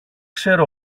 ξέρω